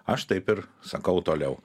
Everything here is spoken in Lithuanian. aš taip ir sakau toliau